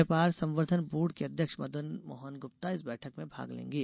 व्यापार संवर्धन बोर्ड के अध्यक्ष मदनमोहन गुप्ता इस बैठक में भाग लेंगे